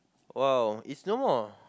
!wow! it's no more